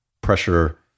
pressure